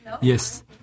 Yes